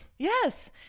Yes